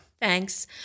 Thanks